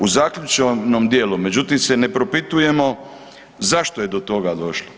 U zaključnom dijelu međutim se ne propitujemo zašto je do toga došlo?